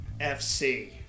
FC